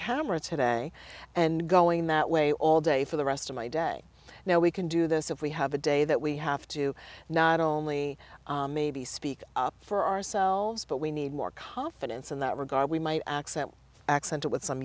cameras today and going that way all day for the rest of my day now we can do this if we have a day that we have to not only maybe speak for ourselves but we need more confidence in that regard we might accent accent it with some